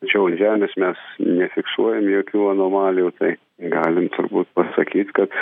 tačiau ant žemės mes nefiksuojam jokių anomalijų tai galim turbūt pasakyt kad